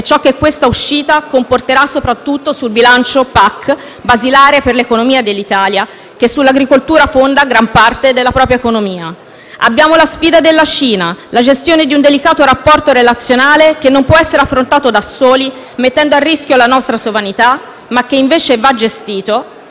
e ciò che questa uscita comporterà soprattutto sul bilancio della PAC, basilare per l'economia dell'Italia, che sull'agricoltura fonda gran parte della propria economia. Abbiamo la sfida della Cina, la gestione di un delicato rapporto relazionale che non può essere affrontato da soli mettendo a rischio la nostra sovranità, ma che invece va gestito